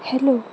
hello